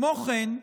כמו כן,